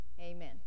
amen